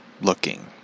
looking